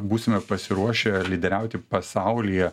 būsime pasiruošę lyderiauti pasaulyje